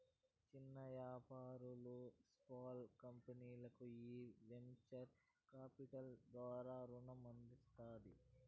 చిన్న యాపారాలు, స్పాల్ కంపెనీల్కి ఈ వెంచర్ కాపిటల్ ద్వారా రునం అందుతాది